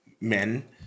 men